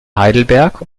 heidelberg